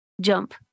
jump